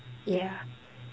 ya